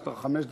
יש לך חמש דקות,